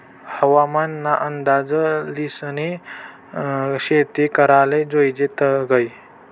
हवामान ना अंदाज ल्हिसनी शेती कराले जोयजे तदय